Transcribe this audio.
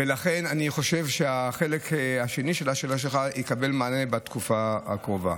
ולכן אני חושב שהחלק השני של השאלה שלך יקבל מענה בתקופה הקרובה.